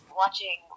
watching